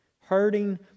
Hurting